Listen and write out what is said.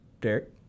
Derek